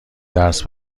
درس